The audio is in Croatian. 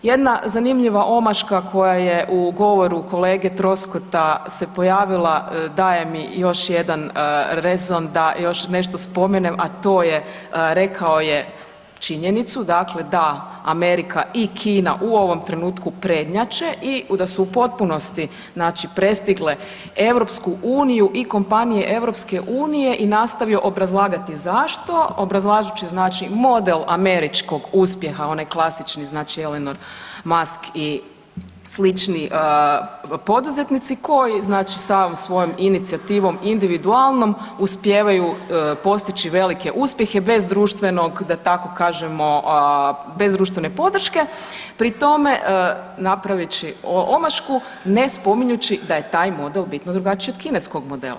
Jedna zanimljiva omaška koja je u govoru kolege Troskota se pojavila daje mi još jedan rezon da još nešto spomenem, a to je rekao je činjenicu da Amerika i Kina u ovom trenutku prednjače i da su u potpunosti prestigle EU i kompanije EU i nastavio obrazlagati zašto, obrazlažući model američkog uspjeha onaj klasični znači Elon Musk i slični poduzetnici koji sami svojom inicijativom individualnom uspijevaju postići velike uspjehe bez društvenog, da tako kažemo, bez društvene podrške pri tome praveći omašku, ne spominjući da je taj model bitno drugačiji od kineskog modela.